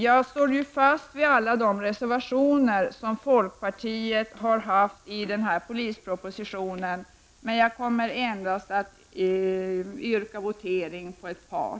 Jag står fast vid alla de reservationer som folkpartiet har fogat till betänkandet om polispropositionen, men jag kommer endast att begära votering på ett par.